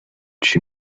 chi